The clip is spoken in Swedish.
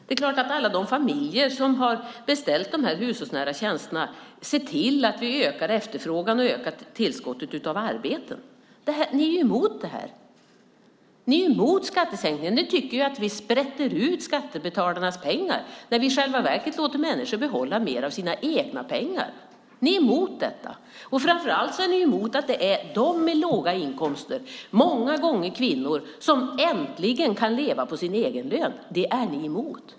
Det är klart att alla de familjer som har beställt dessa hushållsnära tjänster ser till att vi ökar efterfrågan och ökar tillskottet av arbeten. Ni är emot detta. Ni är emot skattesänkningar. Ni tycker att vi sprätter ut skattebetalarnas pengar när vi i själva verket låter människor behålla mer av sina egna pengar. Ni är emot detta. Framför allt är ni emot att det är människor med låga inkomster, många gånger kvinnor, som äntligen kan leva på sin egen lön. Det är ni emot.